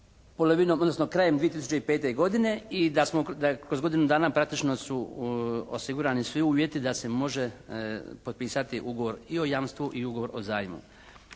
odnosno krajem 2005. godine i da smo, da je kroz godinu dana praktično su osigurani svi uvjeti da se može potpisati ugovor i o jamstvu i ugovor o zajmu.